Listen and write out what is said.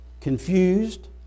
confused